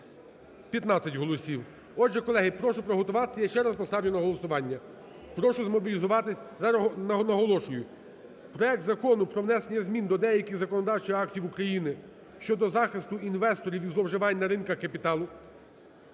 215 голосів. Отже, колеги, прошу приготуватись, я ще раз поставлю на голосування. Прошу змобілізуватись. Наголошую, проект Закону про внесення змін до деяких законодавчих актів України щодо захисту інвесторів від зловживань на ринках капіталу